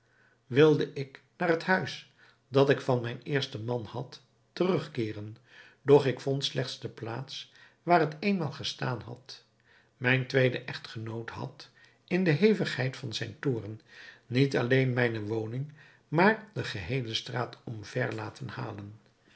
wilde ik naar het huis dat ik van mijn eersten man had terugkeeren doch ik vond slechts de plaats waar het eenmaal gestaan had mijn tweede echtgenoot had in de hevigheid van zijnen toorn niet alleen mijne woning maar de geheele straat omver laten halen